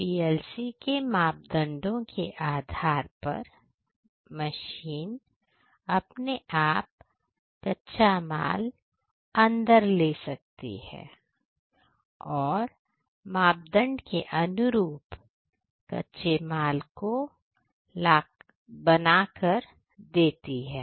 PLC के मापदंडों के आधार पर मशीन अपने आप कच्चा माल अपने आप अंदर ले सकती है और मापदंडों के अनुरूप कच्चे माल को आ कर देती है